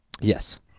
Yes